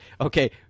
okay